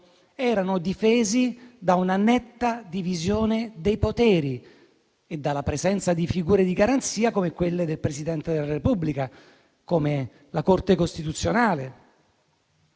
erano difesi da una netta divisione dei poteri e dalla presenza di figure di garanzia, come il Presidente della Repubblica e la Corte costituzionale.